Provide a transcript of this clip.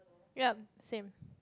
yeap same